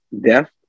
death